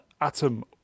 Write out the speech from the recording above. Atom